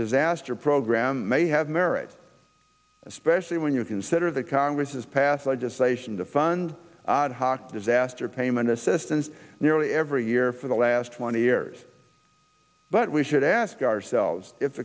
disaster program may have merit especially when you consider that congress has passed legislation to fund disaster payment assistance nearly every year for the last twenty years but we should ask ourselves i